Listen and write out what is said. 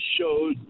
showed